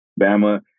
Bama